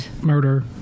murder